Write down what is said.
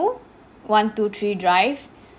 one two three drive